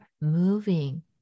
moving